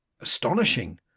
astonishing